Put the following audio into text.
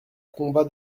combat